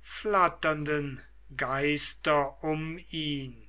flatternden geister um ihn